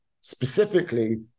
specifically